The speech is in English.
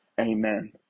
amen